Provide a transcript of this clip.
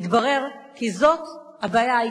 תודה רבה לך.